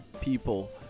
people